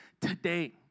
Today